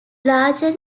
largely